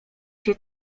się